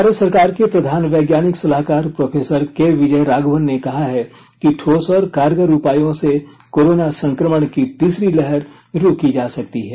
भारत सरकार के प्रधान वैज्ञानिक सलाहकार प्रोफेसर के विजय राघवन ने कहा है कि ठोस और कारगर उपायों से कोरोना संक्रमण की तीसरी लहर रोकी जा सकती है